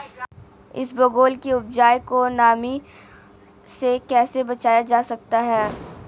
इसबगोल की उपज को नमी से कैसे बचाया जा सकता है?